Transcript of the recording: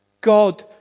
God